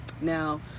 now